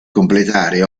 completare